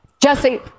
Jesse